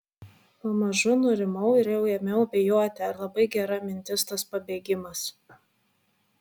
pamažu nurimau ir jau ėmiau abejoti ar labai gera mintis tas pabėgimas